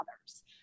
others